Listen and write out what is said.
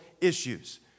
issues